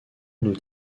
nous